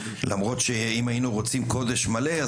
למרות שאם היינו רוצים קודש מלא,